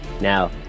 Now